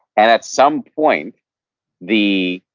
and at some point the